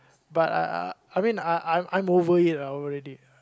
but uh I mean I I I'm over it ah already